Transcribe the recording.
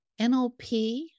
NLP